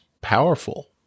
powerful